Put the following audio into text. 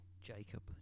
Jacob